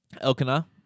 Elkanah